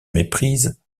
méprise